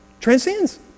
Transcends